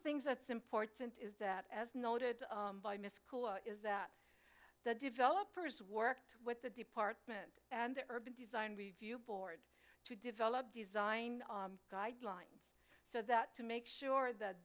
things that's important is that as noted by miss cool is that the developers worked with the department and the urban design review board to develop design guidelines so that to make sure that